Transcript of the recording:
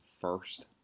First